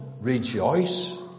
rejoice